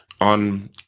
on